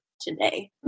today